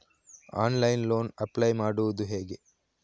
Online loan apply ಮಾಡುವುದು ಹೇಗೆ?